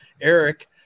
Eric